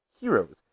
heroes